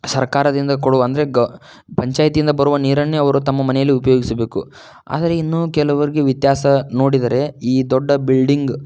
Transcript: ಸರ್ಕಾರದಿಂದ ಕೊಡುವ ಅಂದರೆ ಗೌ ಪಂಚಾಯಿತಿಯಿಂದ ಬರುವ ನೀರನ್ನೇ ಅವರು ತಮ್ಮ ಮನೆಯಲ್ಲಿ ಉಪಯೋಗಿಸಬೇಕು ಆದರೆ ಇನ್ನು ಕೆಲವರಿಗೆ ವ್ಯತ್ಯಾಸ ನೋಡಿದರೆ ಈ ದೊಡ್ಡ ಬಿಲ್ಡಿಂಗ್